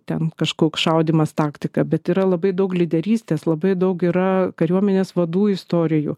ten kažkoks šaudymas taktika bet yra labai daug lyderystės labai daug yra kariuomenės vadų istorijų